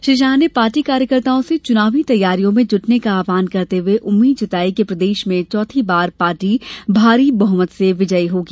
श्री शाह ने पार्टी कार्यकर्ताओं से चुनावी तैयारियों में जुटने का आहवान करते हुये उम्मींद जताई कि प्रदेश में पार्टी चौथी बार भारी बहुमत से विजयी होगी